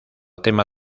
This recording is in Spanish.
tema